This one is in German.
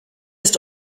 ist